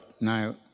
now